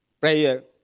prayer